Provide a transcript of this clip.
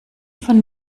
von